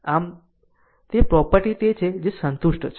આમ તે પ્રોપર્ટી તે છે જે સંતુષ્ટ છે